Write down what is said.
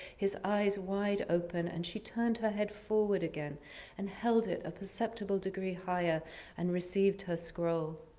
his eyes wide open and she turned her head forward again and held it a perceptible degree higher and received her scroll.